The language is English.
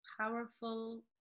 powerful